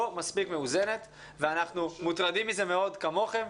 מספיק מאוזנת ואנחנו מוטרדים מזה מאוד כמוכם.